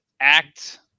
act